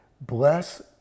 Bless